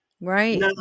Right